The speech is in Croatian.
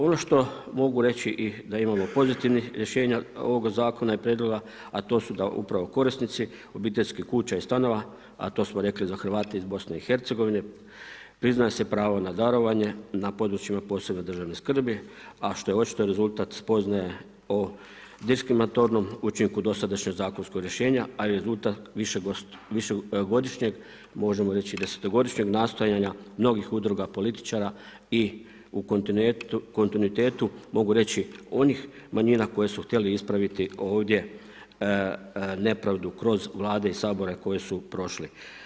Ono što mogu reći da imamo i pozitivnih rješenja ovoga zakona i prijedloga, a to su da upravo korisnici obiteljskih kuća i stanova, a to smo rekli za Hrvate iz Bosne i Hercegovine priznaje se pravo na darovanje, na područjima od posebne državne skrbi, a što je očito rezultat spoznaje o diskrimatornom učinku dosadašnjeg zakonskog rješenja, a rezultat višegodišnjeg možemo reći i desetogodišnjeg nastojanja mnogih udruga i političara i u kontinuitetu mogu reći, onih manjina koji su htjeli ispraviti ovdje nepravdu kroz Vlade i Sabora koji su prošli.